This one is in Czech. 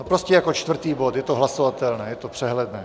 Prostě jako čtvrtý bod, je to hlasovatelné, je to přehledné.